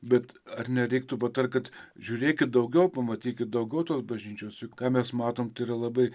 bet ar nereiktų patart kad žiūrėkit daugiau pamatykit daugiau tos bažnyčios juk ką mes matome tai yra labai